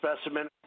specimen